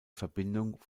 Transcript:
verbindung